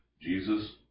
Jesus